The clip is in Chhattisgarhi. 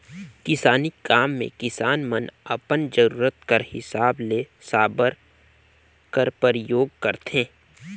किसानी काम मे किसान मन अपन जरूरत कर हिसाब ले साबर कर परियोग करथे